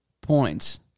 points